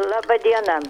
laba diena